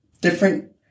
different